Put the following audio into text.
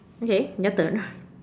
okay your turn